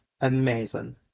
Amazing